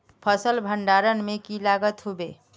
फसल भण्डारण में की लगत होबे?